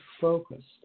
focused